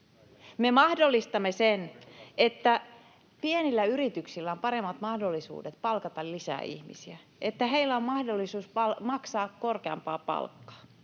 Me mahdollistamme sen, että pienillä yrityksillä on paremmat mahdollisuudet palkata lisää ihmisiä, että heillä on mahdollisuus maksaa korkeampaa palkkaa.